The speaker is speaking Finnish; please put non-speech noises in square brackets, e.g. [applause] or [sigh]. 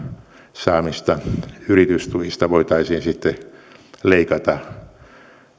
saamista yritystuista voitaisiin [unintelligible] leikata